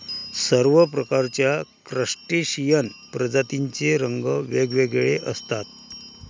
सर्व प्रकारच्या क्रस्टेशियन प्रजातींचे रंग वेगवेगळे असतात